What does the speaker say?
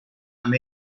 amb